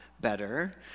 better